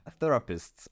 therapists